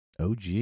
OG